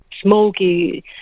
smoky